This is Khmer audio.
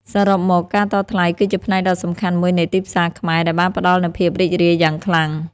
សរុបមក ការតថ្លៃគឺជាផ្នែកដ៏សំខាន់មួយនៃទីផ្សារខ្មែរដែលបានផ្តល់នូវភាពរីករាយយ៉ាងខ្លាំង។